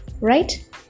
right